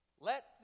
Let